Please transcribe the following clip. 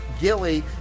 Gilly